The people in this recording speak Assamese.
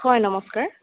হয় নমস্কাৰ